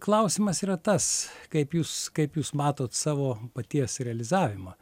klausimas yra tas kaip jūs kaip jūs matot savo paties realizavimą